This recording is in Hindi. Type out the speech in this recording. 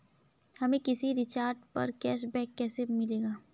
हमें किसी रिचार्ज पर कैशबैक कैसे मिलेगा?